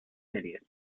series